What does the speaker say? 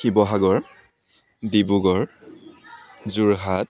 Sivasagar Dibrugarh Jorhat